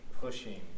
pushing